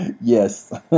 Yes